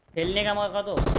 live online level